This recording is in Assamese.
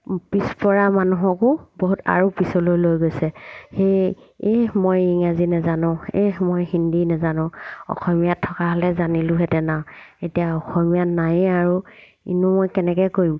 পিছ পৰা মানুহকো বহুত আৰু পিছলৈ লৈ গৈছে সেয়ে এই মই ইংৰাজী নাজানো এই মই হিন্দী নাজানো অসমীয়াত থকা হ'লে জানিলোহেঁতেন আৰু এতিয়া অসমীয়াত নায়েই আৰু ইনো মই কেনেকৈ কৰিম